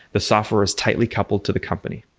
the software is tightly coupled to the company.